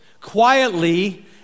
quietly